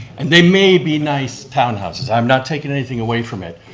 and they may be nice townhouses, i'm not taking anything away from it,